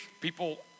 people